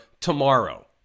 tomorrow